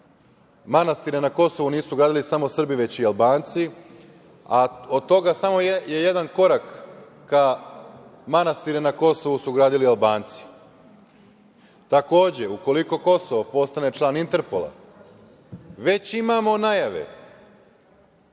manastire na Kosovu nisu gradili samo Srbi, već i Albanci, a od toga je samo jedan korak ka tome da su manastire na Kosovu gradili Albanci. Takođe, ukoliko Kosovo postane član Interpola, već imamo najave